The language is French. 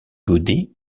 godet